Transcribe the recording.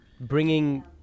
bringing